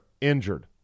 injured